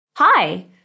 Hi